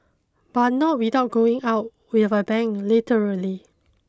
but not without going out with a bang literally